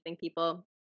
people